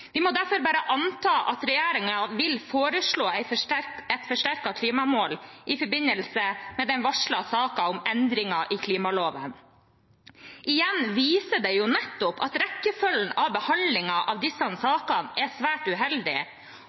Vi må derfor bare anta at regjeringen vil foreslå et forsterket klimamål i forbindelse med den varslede saken om endringer i klimaloven. Igjen viser det at rekkefølgen i behandlingen av disse sakene er svært uheldig